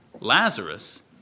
Lazarus